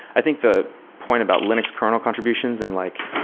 i think the point about linux kernel contributions and like,